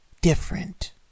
different